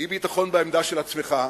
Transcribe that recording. אי-ביטחון בעמדה של עצמך,